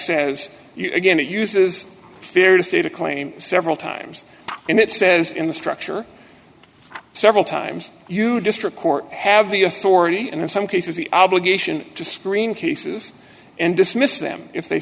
begin to use is theory to state a claim several times and it says in the structure several times you district court have the authority and in some cases the obligation to screen cases and dismiss them if they